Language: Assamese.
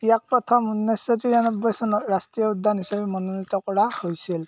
ইয়াক প্ৰথম ঊনৈছশ তিৰান্নবৈ চনত ৰাষ্ট্ৰীয় উদ্যান হিচাপে মনোনীত কৰা হৈছিল